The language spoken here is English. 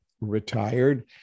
retired